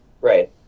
Right